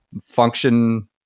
function